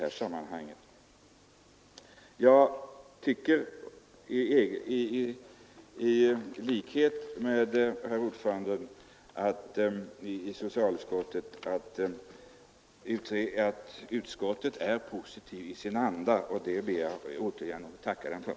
Jag anser liksom utskottets ordförande att utskottsbetänkandet är positivt i sin anda, och det ber jag återigen att få tacka för.